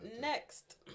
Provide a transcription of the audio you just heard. Next